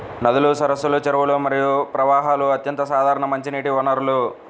నదులు, సరస్సులు, చెరువులు మరియు ప్రవాహాలు అత్యంత సాధారణ మంచినీటి వనరులు